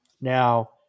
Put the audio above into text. now